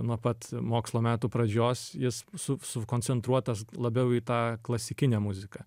nuo pat mokslo metų pradžios jis su sukoncentruotas labiau į tą klasikinę muziką